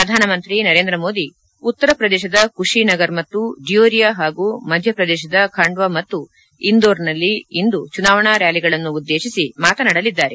ಪ್ರಧಾನಮಂತ್ರಿ ನರೇಂದ್ರ ಮೋದಿ ಉತ್ತರ ಪ್ರದೇಶದ ಕುಷಿನಗರ್ ಮತ್ತು ಡಿಯೋರಿಯಾ ಹಾಗೂ ಮಧ್ಯಪ್ರದೇಶಧ ಖಂಡ್ವಾ ಮತ್ತು ಇಂದೋರ್ನಲ್ಲಿ ಇಂದು ಚುನಾವಣಾ ರ್್ಯಾಲಿಗಳನ್ನು ಉದ್ದೇಶಿಸಿ ಮಾತನಾಡಲಿದ್ದಾರೆ